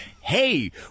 hey